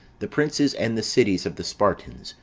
the princes and the cities of the spartans,